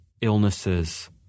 illnesses